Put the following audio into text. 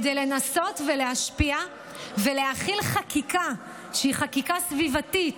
כדי לנסות ולהשפיע ולהחיל חקיקה שהיא חקיקה סביבתית,